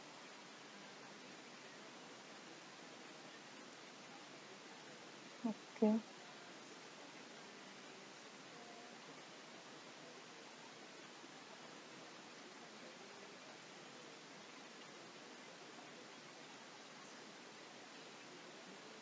okay